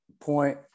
point